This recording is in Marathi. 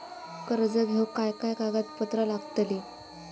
कर्ज घेऊक काय काय कागदपत्र लागतली?